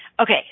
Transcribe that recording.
Okay